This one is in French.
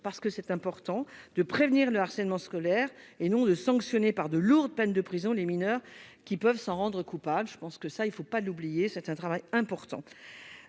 parce que c'est important de prévenir le harcèlement scolaire et non de sanctionner par de lourdes peines de prison, les mineurs qui peuvent s'en rendre coupable, je pense que ça, il ne faut pas l'oublier, c'est un travail important,